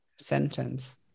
sentence